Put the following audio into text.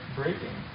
breaking